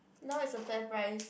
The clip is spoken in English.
now it's a Fairprice